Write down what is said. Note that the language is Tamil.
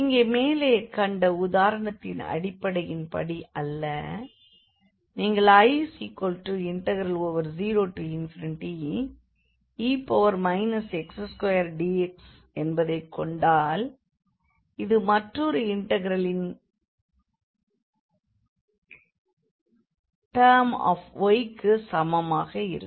இங்கு மேலே கண்ட உதாரணத்தின் அடிப்படையின் படி அல்ல நீங்கள் I0e x2dx என்பதைக் கொண்டால் இது மற்றொரு இண்டெக்ரல் இன் டேர்ம்ஸ் ஆஃப் y க்குச் சமமாக இருக்கும்